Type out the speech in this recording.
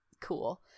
cool